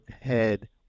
head